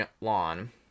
lawn